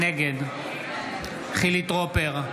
נגד חילי טרופר,